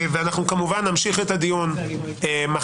אנחנו כמובן נמשיך את הדיון מחר.